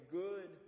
good